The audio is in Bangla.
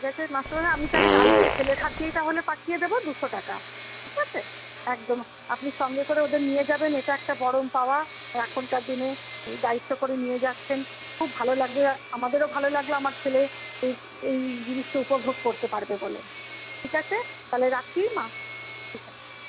ঠিক আছে মাস্টারমশাই আমি তাহলে কালকেই ছেলের হাত দিয়ে তাহলে পাঠিয়ে দেবো দুশো টাকা ঠিক আছে একদম আপনি সঙ্গে করে ওদের নিয়ে যাবেন এটা একটা পরম পাওয়া এখনকার দিনে এই দায়িত্ব করে নিয়ে যাচ্ছেন খুব ভালো লাগবে আমাদেরও ভালো লাগলো আমার ছেলে এই এই জিনিসটা উপভোগ করতে পারবে বলে ঠিক আছে তাহলে রাখি ঠিক আছে